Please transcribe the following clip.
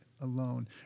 alone